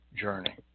journey